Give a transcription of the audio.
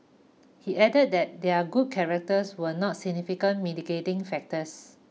he added that their good characters were not significant mitigating factors